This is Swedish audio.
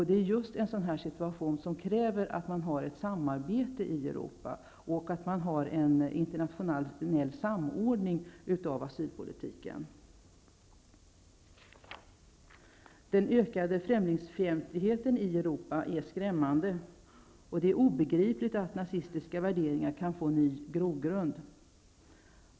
Det är just en sådan här situation som kräver att det förekommer ett samarbete i Europa och att det finns en internationell samordning av asylpolitiken. Den ökande främlingsfientligheten i Europa är skrämmande. Det är obegripligt att nazistiska värderingar kan få ny grogrund.